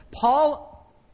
Paul